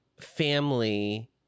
family